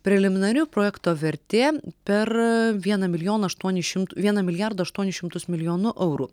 preliminari projekto vertė per vieną milijoną aštuoni šimt vieną milijardą aštuonis šimtus milijonų eurų